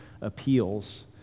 appeals